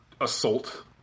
assault